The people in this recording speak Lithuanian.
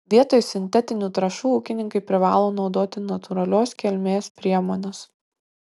vietoj sintetinių trąšų ūkininkai privalo naudoti natūralios kilmės priemones